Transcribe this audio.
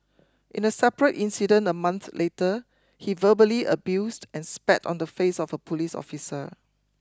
in a separate incident a month later he verbally abused and spat on the face of a police officer